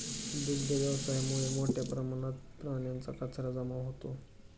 दुग्ध व्यवसायामुळे मोठ्या प्रमाणात प्राण्यांचा कचरा जमा होतो